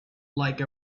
like